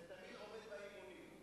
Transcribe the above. זה תמיד עובד באימונים.